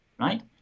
right